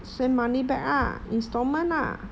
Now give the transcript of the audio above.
send money back lah installment lah